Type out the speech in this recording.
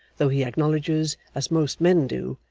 though he acknowledges, as most men do,